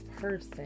person